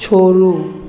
छोड़ू